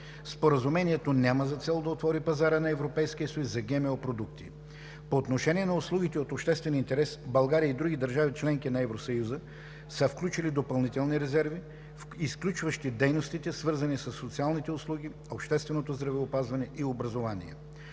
Споразумението няма за цел да отвори пазара на Европейския съюз за ГМО продукти. - По отношение на услугите от обществен интерес България и другите държави – членки на Евросъюза, са включили допълнителни резерви, изключващи дейностите, свързани със социалните услуги, общественото здравеопазване и образование.